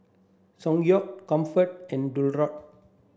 Ssangyong Comfort and Dualtron